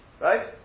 Right